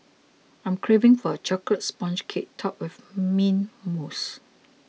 I'm craving for a Chocolate Sponge Cake Topped with Mint Mousse